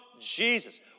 Jesus